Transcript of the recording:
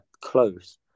close